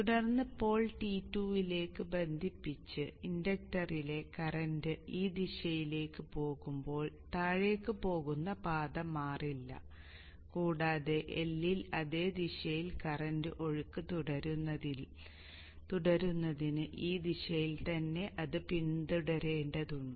തുടർന്ന് pole T2 ലേക്ക് ബന്ധിപ്പിച്ച് ഇൻഡക്ടറിലെ കറന്റ് ഈ ദിശയിലേക്ക് പോകുമ്പോൾ താഴേക്ക് പോകുന്ന പാത മാറില്ല കൂടാതെ L ൽ അതേ ദിശയിൽ കറന്റ് ഒഴുക്ക് തുടരുന്നതിന് ഈ ദിശയിൽ തന്നെ അത് പിന്തുടരേണ്ടതുണ്ട്